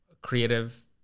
creative